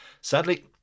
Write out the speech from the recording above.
Sadly